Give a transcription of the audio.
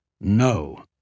No